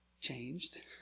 changed